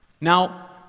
Now